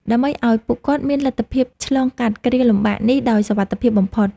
ដើម្បីឱ្យពួកគាត់មានលទ្ធភាពឆ្លងកាត់គ្រាលំបាកនេះដោយសុវត្ថិភាពបំផុត។